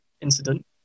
incident